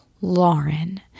Lauren